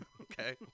Okay